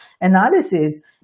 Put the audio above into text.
analysis